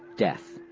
death.